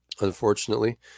unfortunately